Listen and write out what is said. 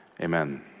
Amen